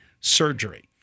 surgery